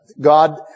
God